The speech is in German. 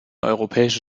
europäische